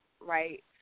right